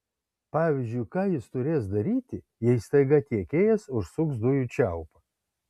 pavyzdžiui ką jis turės daryti jei staiga tiekėjas užsuks dujų čiaupą